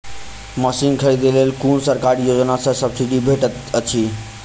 Machine खरीदे लेल कुन सरकारी योजना सऽ सब्सिडी भेटैत अछि?